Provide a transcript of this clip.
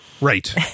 Right